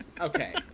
Okay